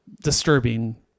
disturbing